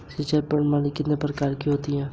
सिंचाई प्रणाली कितने प्रकार की होती हैं?